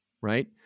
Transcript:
right